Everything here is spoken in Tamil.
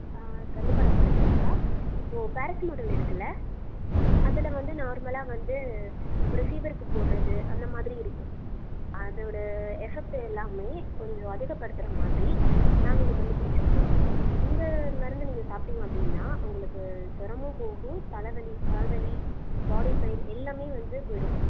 கண்டிப்பாக டாக்டர் கண்டிப்பாக இப்போது பேரசிமோடல் இருக்குதுல்ல அதில் வந்து நார்மலாக வந்து ஒரு ஃபீவருக்கு போடுறது அந்த மாதிரி இருக்கும் அதோட எஃபெக்ட்டு எல்லாமே கொஞ்சம் அதிகப்படுத்துகிற மாதிரி நாங்கள் ஒன்று கண்டுப்பிடிச்சிருக்கோம் இந்த மருந்து நீங்கள் சாப்பிட்டிங்க அப்படின்னா உங்களுக்கு ஜூரமும் போகும் தலை வலி கால் வலி பாடி பெயின் எல்லாமே வந்து போய்விடும்